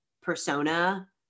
persona